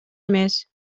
эмес